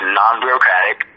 non-bureaucratic